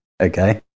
Okay